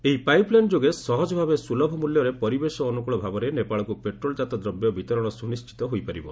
ଏହି pipeline ଯୋଗେ ସହଜ ଭାବେ ସୁଲଭ ମୂଲ୍ୟରେ ପରିବେଶ ଅନୁକୂଳ ଭାବରେ ନେପାଳକୁ ପେଟ୍ରୋଲ୍ଜାତ ଦ୍ରବ୍ୟ ବିତରଣ ସ୍ରନିଣ୍ଡିତ ହୋଇପାରିବ